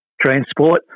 transport